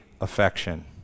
affection